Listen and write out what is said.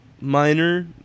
Minor